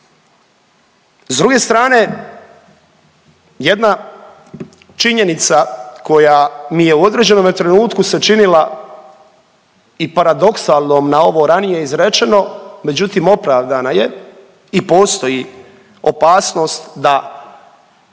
S druge strane, jedna činjenica koja mi je u određenom trenutku se činila i paradoksalnom na ovo ranije izrečeno, međutim, opravdana je i postoji opasnost da